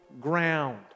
ground